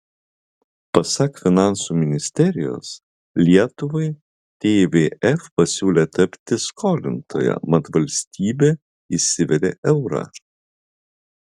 pasak finansų ministerijos lietuvai tvf pasiūlė tapti skolintoja mat valstybė įsivedė eurą